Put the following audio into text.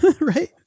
right